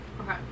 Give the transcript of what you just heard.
Okay